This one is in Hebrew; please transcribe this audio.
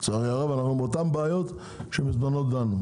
לצערי הרב אנחנו עם אותן בעיות שבזמנו דנו בהן,